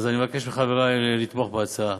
אז אני מבקש מחברי לתמוך בהצעה.